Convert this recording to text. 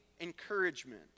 encouragement